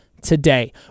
today